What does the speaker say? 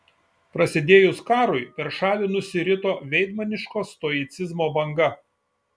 prasidėjus karui per šalį nusirito veidmainiško stoicizmo banga